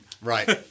Right